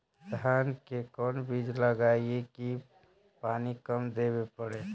धान के कोन बिज लगईऐ कि पानी कम देवे पड़े?